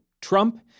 Trump